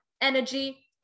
energy